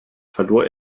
verlor